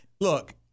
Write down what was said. Look